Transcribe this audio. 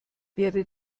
wäre